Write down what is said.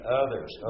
others